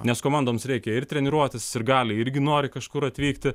nes komandoms reikia ir treniruotis sirgaliai irgi nori kažkur atvykti